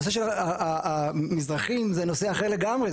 נושא המזרחים הוא נושא אחר לגמרי,